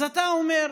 אז אתה אומר,